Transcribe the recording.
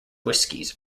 whiskies